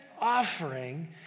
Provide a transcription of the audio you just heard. offering